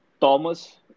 Thomas